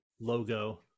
logo